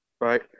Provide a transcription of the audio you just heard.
right